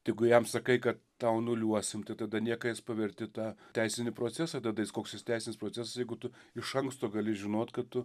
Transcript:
tai jeigu jam sakai kad tau anuliuosim tai tada niekais paversti tą teisinį procesą tada jis koks jis tiesinis procesas jeigu tu iš anksto gali žinot kad tu